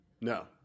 No